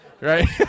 right